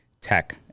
tech